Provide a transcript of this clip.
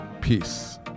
Peace